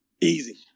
easy